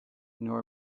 nor